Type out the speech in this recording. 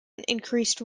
increased